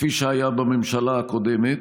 כפי שהיה בממשלה הקודמת.